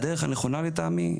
הדרך הנכונה לטעמי,